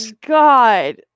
god